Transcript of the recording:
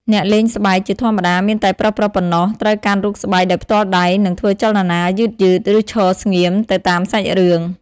អ្នកលេងស្បែកជាធម្មតាមានតែប្រុសៗប៉ុណ្ណោះ ត្រូវកាន់រូបស្បែកដោយផ្ទាល់ដៃ និងធ្វើចលនាយឺតៗ ឬឈរស្ងៀមទៅតាមសាច់រឿង ។